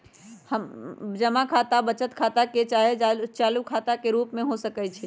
जमा खता बचत खता चाहे चालू खता के रूप में हो सकइ छै